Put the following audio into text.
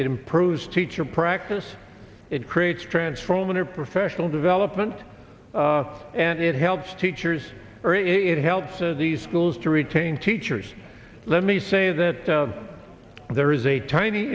it improves teacher practice it creates transform an it professional development and it helps teachers or it helps and the schools to retain teachers let me say that there is a tiny